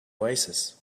oasis